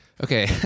Okay